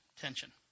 tension